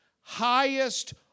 highest